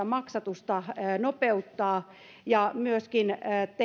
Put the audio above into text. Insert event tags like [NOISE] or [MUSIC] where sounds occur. [UNINTELLIGIBLE] maksatusta nopeuttaa ja myöskin